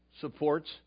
supports